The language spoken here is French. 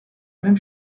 même